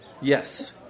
Yes